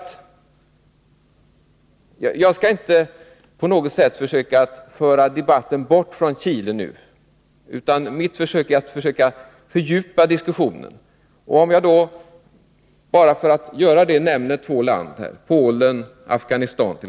Jag vill inte föra debatten bort från Chile, utan jag vill försöka fördjupa den. Men för att göra det vill jag nämna ett par länder, Polen och Afghanistan.